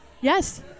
yes